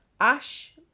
ash